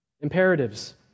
Imperatives